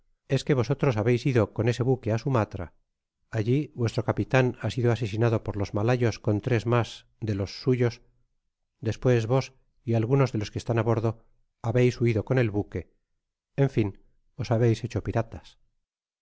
es que vosotros habeis ido con ese buque á sumastra allí vuestro capitan ha sido asesinado por los malayos con tres mas de los sus yos despues vos y algunos de los que están á bordo habeis huido con el buque en fin os habeis hecho priatas